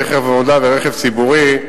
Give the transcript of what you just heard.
רכב עבודה ורכב ציבורי,